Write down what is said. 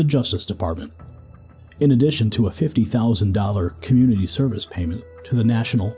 the justice department in addition to a fifty thousand dollars community service payment to the national